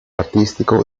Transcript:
artistico